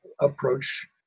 approach